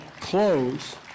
close